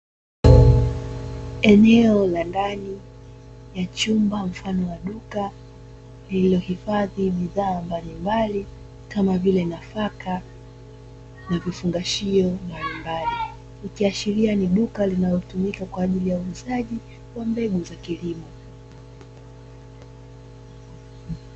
Eneo la ndani ya chumba mfano wa duka lililohifadhi bidhaa mbalimbali kama vile nafaka na vifungashio vya aina mbalimbali, ikiashiria ni duka linalotumika kwa ajili ya uuzaji wa mbegu za kilimo.